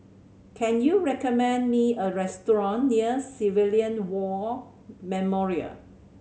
can you recommend me a restaurant near Civilian War Memorial